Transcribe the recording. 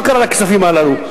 מה קרה לכספים הללו.